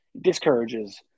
discourages